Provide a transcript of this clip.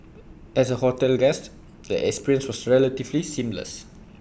as A hotel guest the experience was relatively seamless